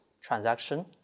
transaction